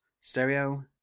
stereo